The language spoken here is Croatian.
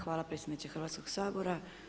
Hvala predsjedniče Hrvatskoga sabora.